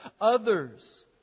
others